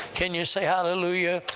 can you say, hallelujah,